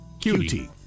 Cutie